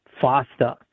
faster